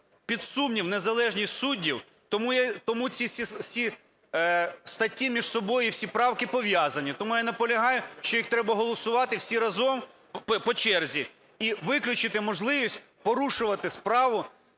під сумнів незалежність суддів, тому ці всі статті між собою і всі правки пов'язані. Тому я наполягаю, що їх треба голосувати всі разом по черзі. І виключити можливість порушувати справу